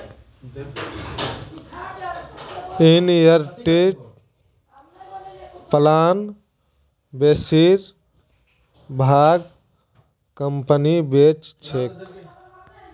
एनयूटीर प्लान बेसिर भाग कंपनी बेच छेक